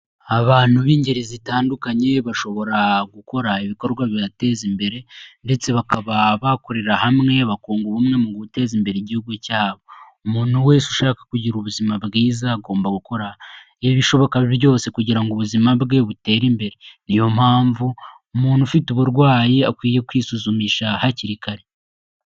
Abantu b'ingeri zitandukanye bashobora gukora ibikorwa bibateza imbere ndetse bakaba bakorera hamwe bakunga ubumwe mu guteza imbere igihugu cyabo, umuntu wese ushaka kugira ubuzima bwiza agomba gukora ibishoboka byose kugira ngo ubuzima bwe butere imbere, niyo mpamvu umuntu ufite uburwayi akwiye kwisuzumisha hakiri kare.